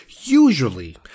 usually